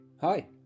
Hi